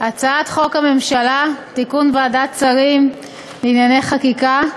הצעת חוק הממשלה (תיקון, ועדת שרים לענייני חקיקה)